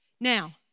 Now